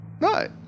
No